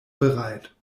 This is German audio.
bereit